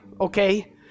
okay